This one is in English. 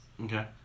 Okay